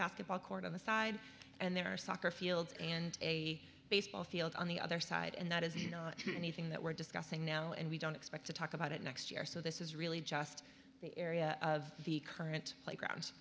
the ball court on the side and there are soccer fields and a baseball field on the other side and that is you know anything that we're discussing now and we don't expect to talk about it next year so this is really just the area of the current playgrounds